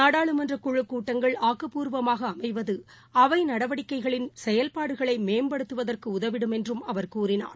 நாடாளுமன்றகுழுக் கூட்டங்கள் ஆக்கப்பூர்வமாகஅமைவது அவைநடவடக்கைகளின் செயல்பாடுகளைமேம்படுத்துவதற்குஉதவிடும் என்றும் அவர் கூறினார்